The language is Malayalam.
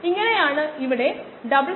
അതിനാൽമൊത്തം കോശങ്ങളുടെ